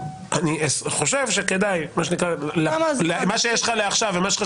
אני חושב שכדאי שמה שיש לך לעכשיו ומה שיש